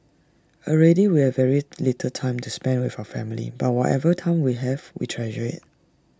already we have very little time to spend with our family but whatever time we have we treasure IT